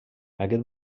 aquest